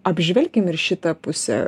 apžvelkim ir šitą pusę